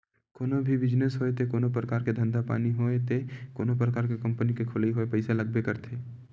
कोनो भी बिजनेस होय ते कोनो परकार के धंधा पानी होय ते कोनो परकार के कंपनी के खोलई होय पइसा लागबे करथे